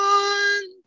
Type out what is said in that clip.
one